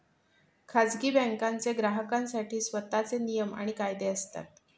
खाजगी बँकांचे ग्राहकांसाठी स्वतःचे नियम आणि कायदे असतात